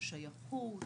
השייכות,